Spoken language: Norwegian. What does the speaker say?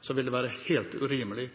så vil det være fullstendig